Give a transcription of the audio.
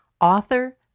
author